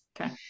Okay